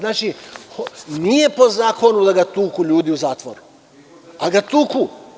Nije po zakonu da ga tuku ljudi u zatvoru, ali ga tuku.